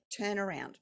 turnaround